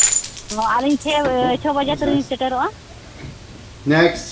ᱟᱹᱞᱤᱧ ᱪᱷᱮ ᱪᱷᱚ ᱵᱟᱡᱮ ᱛᱮᱞᱤᱧ ᱥᱮᱴᱮᱨᱚᱜᱼᱟ